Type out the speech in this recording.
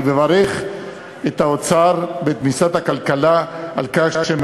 אני מברך את האוצר ואת משרד הכלכלה על כך שהם